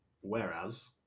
Whereas